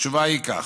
התשובה היא כך: